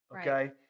Okay